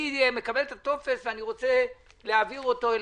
אני מקבל את הטופס ואני רוצה להעביר אותו אליכם,